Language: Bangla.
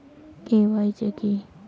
কে.ওয়াই.সি কী?